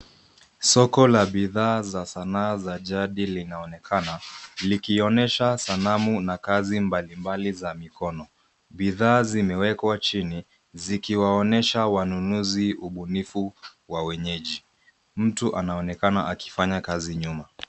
Soko la bidhaa za sana za jadi linaonekana. Likionesha sanamu na kazi mbali mbali za mikono. Bidha zimiwekwa chini, zikiwaonesha wanunuzi ubunifu wa wenyeji. Mtu anaonekana akifanya kazi nyuma.